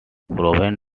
proven